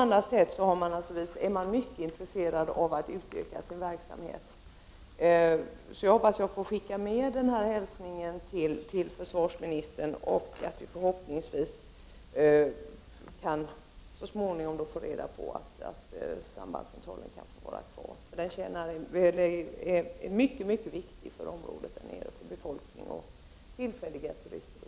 Jag hoppas att jag får skicka med denna hälsning till försvarsministern och att vi sedan får veta att sambandscentralen kan få vara kvar, eftersom den är mycket viktig för området, för befolkningen, turisterna, osv.